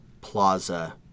Plaza